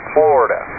Florida